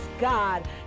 god